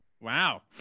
Wow